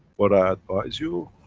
what i advise you,